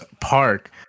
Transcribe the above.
park